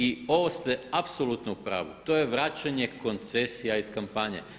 I ovo ste apsolutno u pravu, to je vraćanje koncesija iz kampanje.